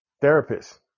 therapist